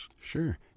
sure